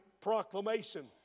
proclamation